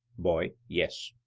boy yes.